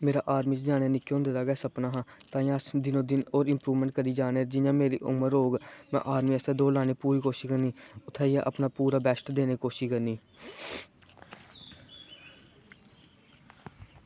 मेरा आर्मी च जाने दा निक्के होंदे गै सपना हा ताहियें अस दोनों दिन होर इम्प्रूवमेंट करदे जा करने जियां मेरी उमर होग में आर्मी आस्तै दौड़ लानै दी पूरी कोशिश करनी उत्थें जाइयै अपना पूरा बेस्ट देने दी कोशिश करनी